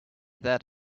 that